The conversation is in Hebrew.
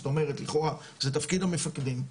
זאת אומרת, לכאורה זה תפקיד המפקדים.